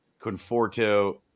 Conforto